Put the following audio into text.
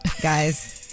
guys